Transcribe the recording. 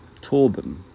Torben